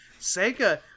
Sega